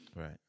Right